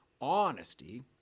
honesty